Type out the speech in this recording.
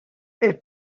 est